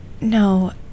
No